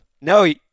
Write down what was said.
No